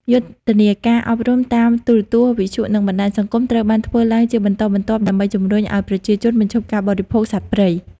យុទ្ធនាការអប់រំតាមទូរទស្សន៍ វិទ្យុ និងបណ្ដាញសង្គមត្រូវបានធ្វើឡើងជាបន្តបន្ទាប់ដើម្បីជំរុញឱ្យប្រជាជនបញ្ឈប់ការបរិភោគសត្វព្រៃ។